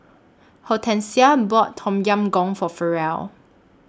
Hortensia bought Tom Yam Goong For Ferrell